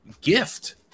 gift